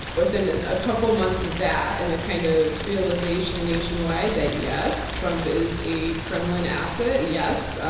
within a couple months of that and the kind of realization nationwide that yes, trump is a kremlin asset. yes,